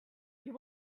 you